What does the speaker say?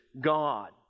god